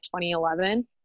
2011